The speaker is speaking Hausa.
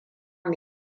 mu